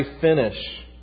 finish